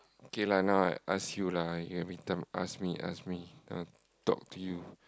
okay lah now I ask you every time ask me ask me I want to talk to you